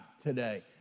today